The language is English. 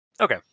okay